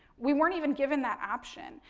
we weren't even given that option.